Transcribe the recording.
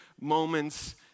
moments